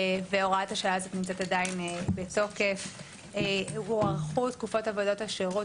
והוראת השעה הזאת נמצאת עדיין בתוקף; הוארכו תקופות עבודות השירות,